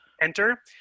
enter